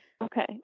Okay